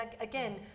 again